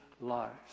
lives